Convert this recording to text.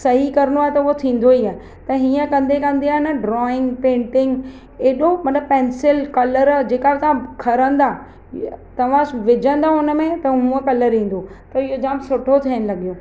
सही करिणो आहे त उहो थींदो ई आहे त हीअं कंदे कंदे आहे न ड्रॉइंग पेंटिंग एॾो मतिलबु पेंसिल कलर जेका असां खणंदा तव्हां विझंदा हुन में त हूंअं कलर ईंदो त इहो जाम सुठो थियनि लॻियो